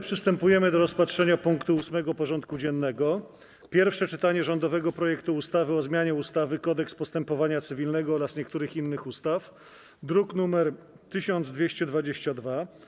Przystępujemy do rozpatrzenia punktu 8. porządku dziennego: Pierwsze czytanie rządowego projektu ustawy o zmianie ustawy - Kodeks postępowania cywilnego oraz niektórych innych ustaw (druk nr 1222)